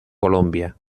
colombia